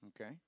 okay